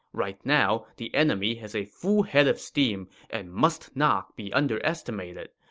right now, the enemy has a full head of steam and must not be underestimated.